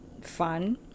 fun